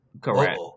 Correct